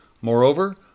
Moreover